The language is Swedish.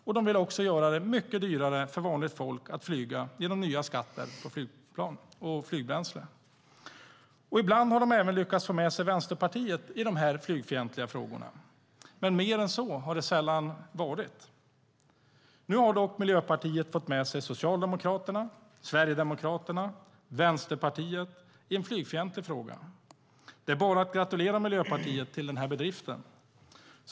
Man vill också göra det mycket dyrare för vanligt folk att flyga genom nya skatter på flygplan och flygbränsle. Ibland har de lyckats få med sig Vänsterpartiet i dessa flygfientliga frågor. Men mer än så har det sällan varit. Nu har dock Miljöpartiet fått med sig Socialdemokraterna, Sverigedemokraterna och Vänsterpartiet i en flygfientlig fråga. Det är bara att gratulera Miljöpartiet till denna bedrift.